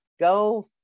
go